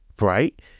right